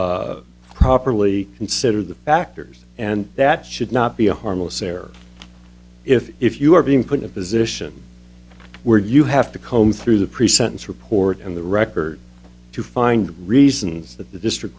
court properly consider the factors and that should not be a harmless error if if you are being put in a position where you have to comb through the pre sentence report and the record to find reasons that the district